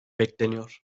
bekleniyor